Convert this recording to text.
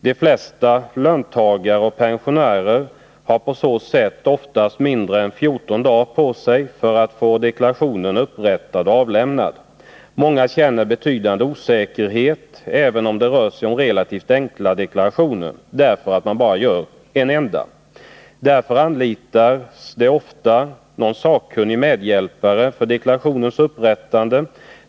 De flesta löntagare och pensionärer har på så sätt oftast mindre än 14 dagar på sig för att få deklarationen upprättad och avlämnad. Många känner betydande osäkerhet, även om det rör sig om relativt enkla deklarationer. Därför anlitas ofta någon sakkunnig medhjälpare för deklarationens upprättande.